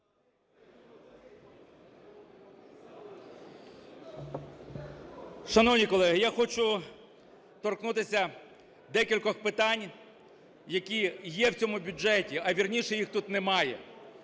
Шановні колеги, я хочу торкнутися декількох питань, які є в цьому бюджеті, а вірніше, їх тут немає.